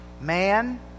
Man